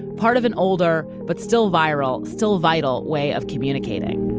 part of an older but still viral, still vital way of communicating.